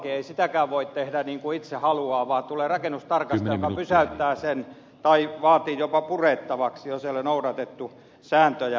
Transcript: ei sitäkään voi tehdä niin kuin itse haluaa vaan tulee rakennustarkastaja joka pysäyttää sen tai vaatii jopa purettavaksi jos ei ole noudatettu sääntöjä